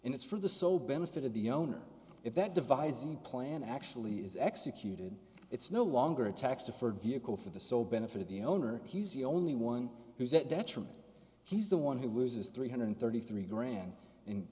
in it's for the sole benefit of the owner if that devising plan actually is executed it's no longer a tax deferred vehicle for the sole benefit of the owner he's the only one who's that detriment he's the one who loses three hundred and thirty three